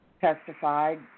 testified